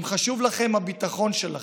אם חשוב לכן הביטחון שלכן,